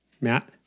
Matt